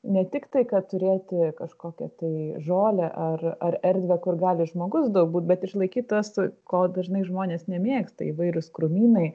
ne tik tai kad turėti kažkokią tai žolę ar ar erdvę kur gali žmogus galbūt bet išlaikyti tas ko dažnai žmonės nemėgsta įvairūs krūmynai